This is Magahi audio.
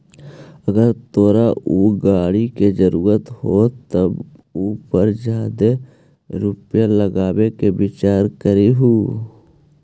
अगर तोरा ऊ गाड़ी के जरूरत हो तबे उ पर जादे रुपईया लगाबे के विचार करीयहूं